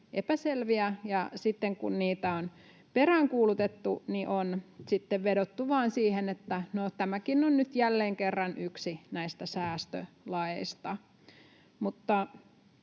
epäselviä, ja sitten kun niitä on peräänkuulutettu, on vedottu vain siihen, että no, tämäkin on nyt jälleen kerran yksi näistä säästölaeista.